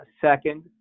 Second